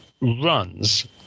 runs